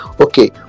okay